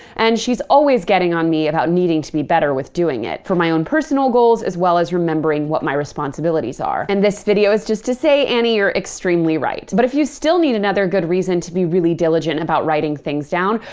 and she's always getting on me about needing to be better with doing it for my own personal goals, as well as remembering what my responsibilities are. and this video is just to say, annie, you're extremely right. but if you still need another good reason to be really diligent about writing things down,